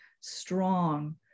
strong